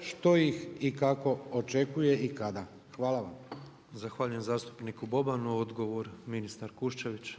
što ih i kako očekuje i kada. Hvala vam. **Petrov, Božo (MOST)** Zahvaljujem zastupniku Bobanu, odgovor ministar Kuščević.